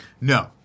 No